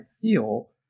feel